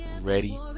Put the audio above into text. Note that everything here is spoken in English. ready